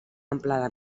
amplada